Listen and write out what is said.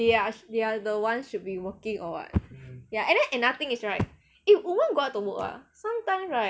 they are they are the one that should be working or what ya and then another thing is right if women go out to work ah sometimes right